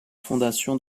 fondation